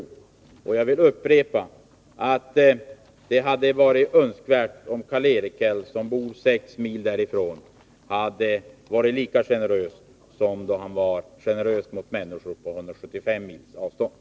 Nr 144 Jag vill upprepa att det hade varit önskvärt att Karl-Erik Häll, som bor sex mil från Svappavaara, hade varit lika generös mot människorna där som mot människor på 175 mils avstånd.